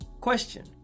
question